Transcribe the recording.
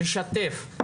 לשתף,